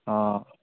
অঁ